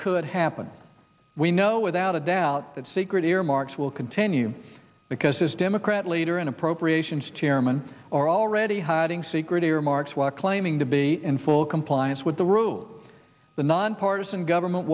could happen we know without a doubt that secret earmarks will continue because this democrat leader an appropriations chairman or already hiding secret earmarks was claiming to be in full compliance with the rules the nonpartisan government